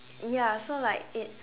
ya so like it's